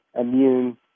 immune